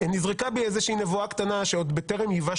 נזרקה בי איזושהי נבואה קטנה שעוד בטרם ייבש